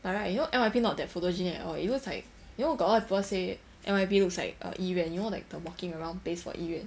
but right you know N_Y_P not that photogenic at all it looks like you know got a lot people say N_Y_P looks like err 医院 you know the walking around place for 医院